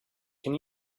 can